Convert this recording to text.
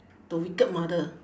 the wicked mother